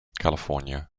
california